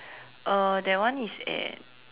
uh that one is at